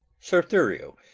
sir thurio,